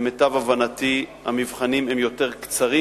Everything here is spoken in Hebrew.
למיטב הבנתי המבחנים הם יותר קצרים.